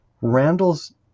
Randall's